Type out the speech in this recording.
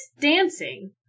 dancing